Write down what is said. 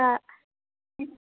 অঁ